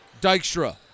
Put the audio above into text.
Dykstra